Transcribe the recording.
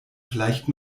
vielleicht